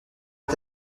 est